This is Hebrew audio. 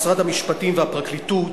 משרד המשפטים והפרקליטות,